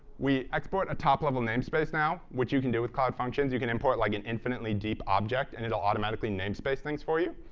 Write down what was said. we export a top-level namespace now, which you can do with cloud functions. you can import, like, an infinitely-deep object and it'll automatically namespace things for you.